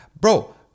Bro